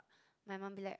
my mom be like